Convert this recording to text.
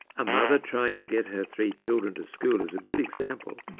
a mother trying to get her three children to school is a good example,